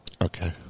Okay